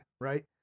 Right